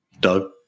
Doug